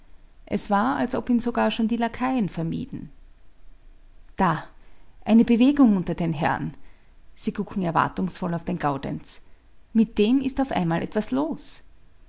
es war als ob ihn sogar schon die laquaien vermieden da eine bewegung unter den herren sie gucken erwartungsvoll auf den gaudenz mit dem ist auf einmal etwas los